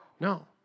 No